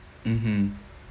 mmhmm